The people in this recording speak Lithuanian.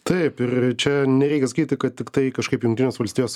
taip ir čia nereikia sakyti kad tiktai kažkaip jungtinės valstijos